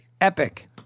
Epic